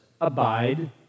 abide